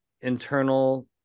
internal